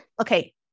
Okay